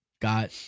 got